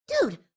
Dude